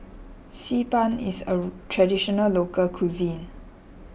Xi Ban is a Traditional Local Cuisine